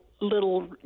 little